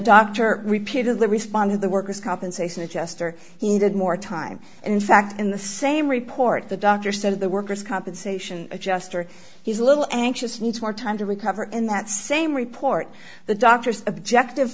doctor repeatedly respond to the worker's compensation adjustor he needed more time in fact in the same report the doctor said the workers compensation adjuster he's a little anxious needs more time to recover in that same report the doctor's objective